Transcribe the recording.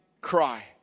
cry